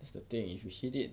is the thing if you hate it